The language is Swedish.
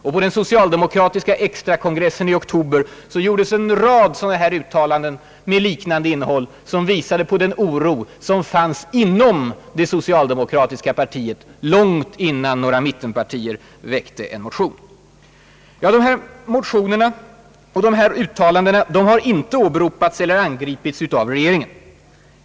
Och på den socialdemokratiska extrakongressen i oktober gjordes en rad uttalanden med liknande innehåll, som visade den oro som fanns inom socialdemokratin långt innan mittenpartierna hade väckt några motioner. Dessa motioner och dessa uttalanden har inte åberopats eller angripits av regeringen.